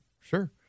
Sure